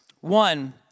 One